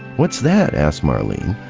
what's that? asked marlene.